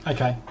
Okay